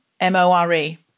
M-O-R-E